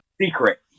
Secret